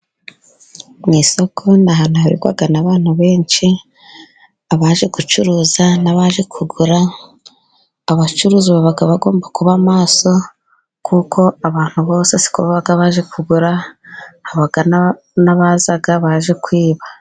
Mu isoko ni ahantu hahurirwa n'abantu benshi, abaje gucuruza n'abaje kugura, abacuruzi baba bagomba kuba maso, kuko abantu bose siko baba baje kugura, haba n'abaza baje kwiba.